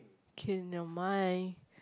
okay never mind